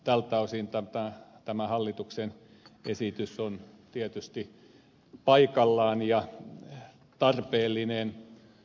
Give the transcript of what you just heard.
tältä osin tämä hallituksen esitys on tietysti paikallaan ja tarpeellinen